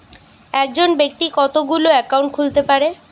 একজন ব্যাক্তি কতগুলো অ্যাকাউন্ট খুলতে পারে?